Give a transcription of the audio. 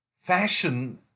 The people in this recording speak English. fashion